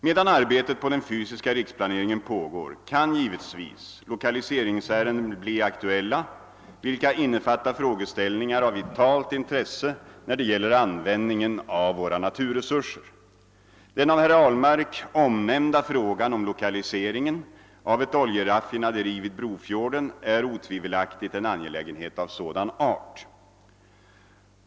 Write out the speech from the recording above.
Medan arbetet på den fysiska riksplaneringen pågår kan givetvis lokaliseringsärenden bli aktuella, vilka innefattar frågeställningar av vitalt intresse när det gäller användningen av våra naturresurser. Den av herr Ahlmark omnämnda frågan om lokaliseringen av ett oljeraffinaderi vid Brofjorden är otvivelaktigt en angelägenhet av sådan art.